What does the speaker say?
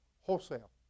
wholesale